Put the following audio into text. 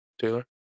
Taylor